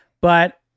But-